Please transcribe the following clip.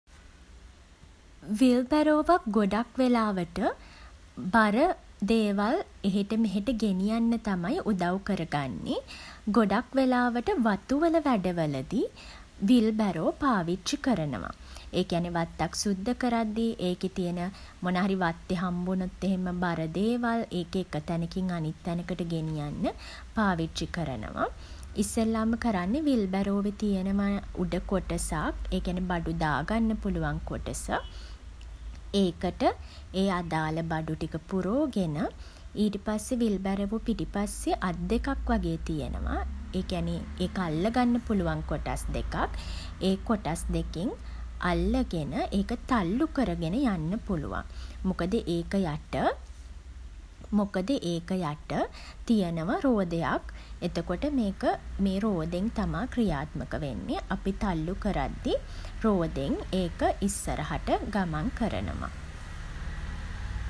විල් බැරෝවක් ගොඩක් වෙලාවට බර දේවල් එහෙට මෙහෙට ගෙනියන්න තමයි උදව් කරගන්නේ. ගොඩක් වෙලාවට වතු වල වැඩවලදී විල් බැරෝ පාවිච්චි කරනවා. ඒ කියන්නේ වත්තක් සුද්ද කරද්දී, ඒකෙ තියෙන මොනා හරි වත්තේ හම්බුනොත් එහෙම බර දේවල්, ඒක එක තැනකින් අනිත් තැනකට ගෙනියන්න පාවිච්චි කරනවා. ඉස්සෙල්ලම කරන්නේ විල්බැරෝවෙ තියෙනවා උඩ කොටසක්. ඒ කියන්නෙ බඩු දාගන්න පුළුවන් කොටස. ඒකට ඒ අදාල බඩු ටික පුරෝගෙන, ඊට පස්සේ විල් බැරෝව පිටිපස්සේ අත් දෙකක් වගේ තියෙනවා. ඒ කියන්නේ ඒක අල්ලගන්න පුළුවන් කොටස් දෙකක්. ඒ කොටස් දෙකෙන් අල්ලගෙන, ඒක තල්ලු කරගෙන යන්න පුළුවන්. මොකද ඒක යට මොකද ඒක යට තියනවා රෝදයක්. එතකොට මේක මේ රෝදෙන් තමා ක්‍රියාත්මක වෙන්නේ. අපි තල්ලු කරද්දි රෝදෙන් ඒක ඉස්සරහට ගමන් කරනවා